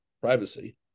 privacy